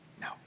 No